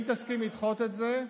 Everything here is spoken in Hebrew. אם תסכים לדחות את זה,